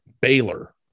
Baylor